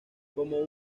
como